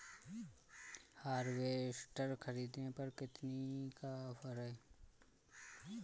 Harvester ख़रीदने पर कितनी का ऑफर है?